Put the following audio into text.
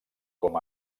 com